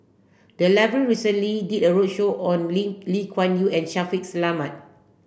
the library recently did a roadshow on Lim Lim Yew Kuan and Shaffiq Selamat